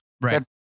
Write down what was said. right